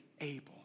able